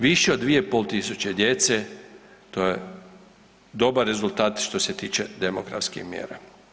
Više od 2.500 djece to je dobar rezultat što se tiče demografskih mjera.